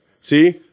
See